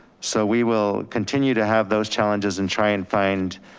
so we will continue to have those challenges and try and find,